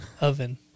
oven